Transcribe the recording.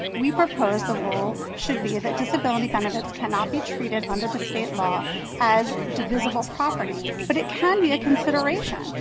we propose the rule should be that disability benefits cannot be treated under the state law as divisible property. but it can be a consideration.